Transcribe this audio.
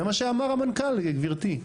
זה מה שאמר המנכ"ל, גברתי.